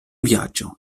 viaggio